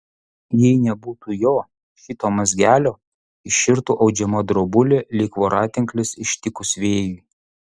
jei nebūtų jo šito mazgelio iširtų audžiama drobulė lyg voratinklis ištikus vėjui